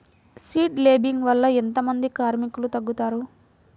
Seed లేంబింగ్ వల్ల ఎంత మంది కార్మికులు తగ్గుతారు?